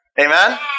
Amen